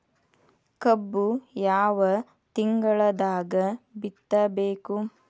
ಕಬ್ಬು ಯಾವ ತಿಂಗಳದಾಗ ಬಿತ್ತಬೇಕು?